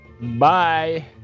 Bye